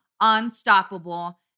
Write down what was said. unstoppable